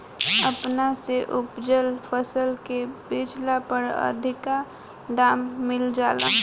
अपना से उपजल फसल के बेचला पर अधिका दाम मिल जाला